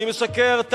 אני משקר?